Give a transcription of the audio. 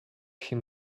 him